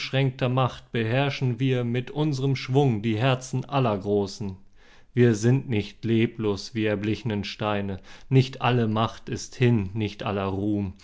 macht beherrschen wir mit unserm schwung die herzen aller großen wir sind nicht leblos wir erblichnen steine nicht alle macht ist hin nicht aller ruhm